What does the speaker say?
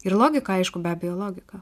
ir logika aišku be abejo logika